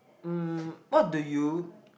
um what do you